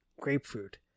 Grapefruit